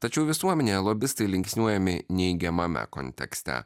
tačiau visuomenėje lobistai linksniuojami neigiamame kontekste